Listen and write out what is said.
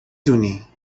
دونی